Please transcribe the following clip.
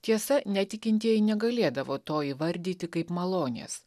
tiesa netikintieji negalėdavo to įvardyti kaip malonės